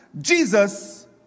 Jesus